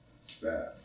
staff